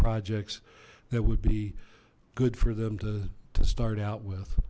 projects that would be good for them to start out with